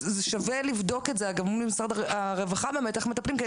שווה לבדוק את זה מול משרד הרווחה איך מטפלים.